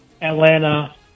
Atlanta